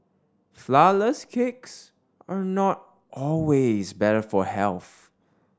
flourless cakes are not always better for health